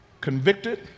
convicted